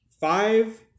five